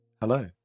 Hello